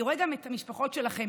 אני רואה גם את המשפחות שלכם,